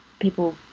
people